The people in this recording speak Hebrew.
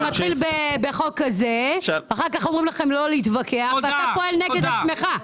זה מתחיל בחוק כזה ואחר כך אומרים לכם לא להתווכח ואתה פועל נגד עצמך.